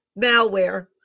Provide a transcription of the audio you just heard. malware